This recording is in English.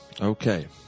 okay